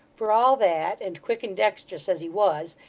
for all that, and quick and dexterous as he was,